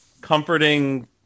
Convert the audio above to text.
comforting